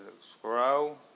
Scroll